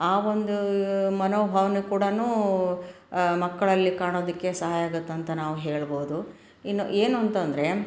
ಆ ಒಂದು ಮನೋಭಾವನೆ ಕೂಡ ಮಕ್ಕಳಲ್ಲಿ ಕಾಣೋದಕ್ಕೆ ಸಹಾಯ ಆಗುತ್ತೆ ಅಂತ ನಾವು ಹೇಳ್ಬೋದು ಇನ್ನು ಏನು ಅಂತಂದರೆ